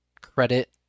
credit